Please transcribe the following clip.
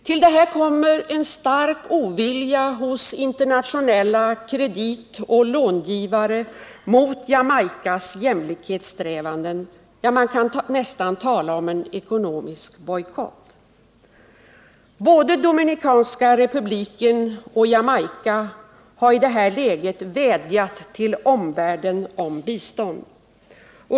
Till detta kommer en stark ovilja hos internationella kreditoch långivare mot Jamaicas jämlikhetssträvanden — ja, man kan nästan tala om en ekonomisk bojkott. Både Dominikanska republiken och Jamaica har i detta läge vädjat till omvärlden om bistånd.